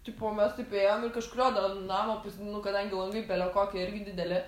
tipo mes taip ėjom ir kažkurio da vat namo nu kadangi langai bele kokie irgi dideli